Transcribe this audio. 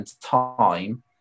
time